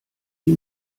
sie